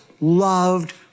loved